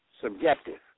subjective